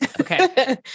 Okay